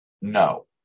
No